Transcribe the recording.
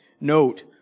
note